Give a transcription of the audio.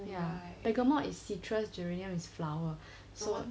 ya bergamot is citrus geranium is flower so